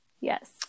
Yes